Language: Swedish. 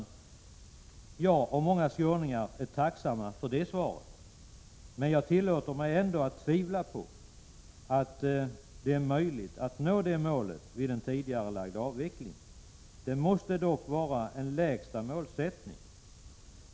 Jag och många skåningar är tacksamma för det svaret. Men jag tillåter mig att tvivla på att det är möjligt att nå det målet vid en tidigarelagd avveckling. Det måste dock vara en lägsta målsättning.